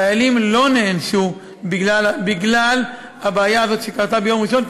חיילים לא נענשו בגלל הבעיה הזאת שקרתה ביום ראשון,